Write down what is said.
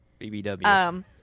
BBW